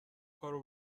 کارو